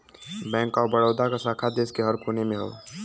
bank of Baroda क शाखा देश के हर कोने में हौ